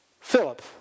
Philip